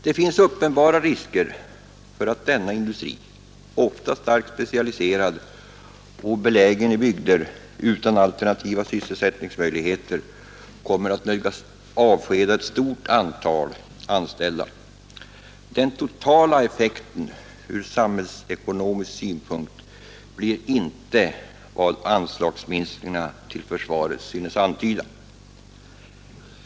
Det finns uppenbara risker för att denna industri — ofta starkt specialiserad och belägen i bygder utan alternativa sysselsättningsmöjligheter — kommer att nödgas avskeda ett stort antal anställda. Den totala effekten från samhällsekonomisk synpunkt blir inte vad anslagsminskningarna till försvaret synes antyda.